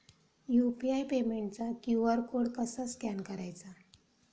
UPI पेमेंटचा QR code कसा scan करायचा?